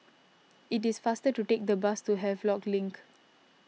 it is faster to take the bus to Havelock Link